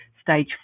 Stage